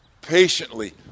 Patiently